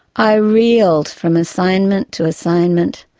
i reeled from assignment to assignment,